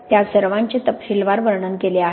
त्या सर्वांचे तपशीलवार वर्णन केले आहे